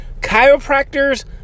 Chiropractors